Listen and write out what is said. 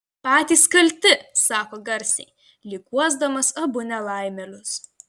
patys kalti sako garsiai lyg guosdamas abu nelaimėlius